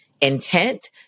intent